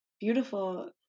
beautiful